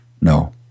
No